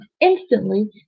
instantly